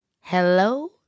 Hello